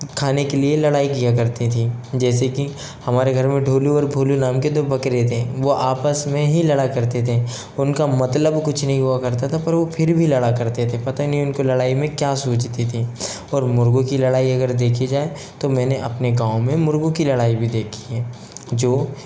खाने के लिए लड़ाई किया करती थीं जैसे कि हमारे घर में ढोलू और भोलू नाम के दो बकरे थे वो आपस में ही लड़ा करते थें उनका मतलब कुछ नहीं हुआ करता था पर वो फिर भी लड़ा करते थे पता ही नहीं उनको लड़ाई में क्या सूझती थीं और मुर्गो की लड़ाई अगर देखी जाए तो मैंने अपने गाँव में मुर्गो की लड़ाई भी देखी हैं जो